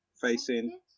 facing